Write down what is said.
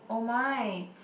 !oh my!